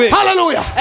Hallelujah